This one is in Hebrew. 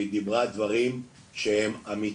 והיא דיברה דברים אמיתיים.